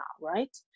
right